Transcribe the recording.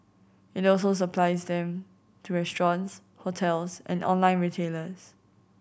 it also supplies them to restaurants hotels and online retailers